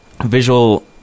visual